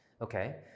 Okay